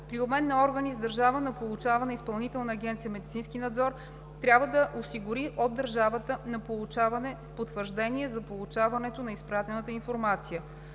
При обмен на органи с държава на получаване Изпълнителна агенция „Медицински надзор“ трябва да осигури от държавата на получаване потвърждение за получаването на изпратената информация.